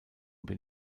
bin